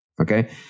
Okay